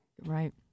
Right